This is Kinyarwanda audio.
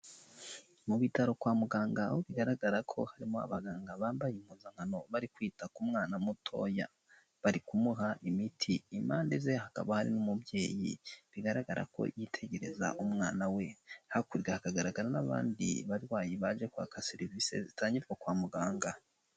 Mu bitaro kwa muganga aho bigaragara ko harimo abaganga bambaye impuzankano bari kwita ku mwana mutoya, bari kumuha imiti. Impande ze hakaba hari n'umubyeyi bigaragara ko yitegereza umwana we hakurya ha akagaragara n'abandi barwayi baje kwaka serivisi zitangirwa kwa muganga.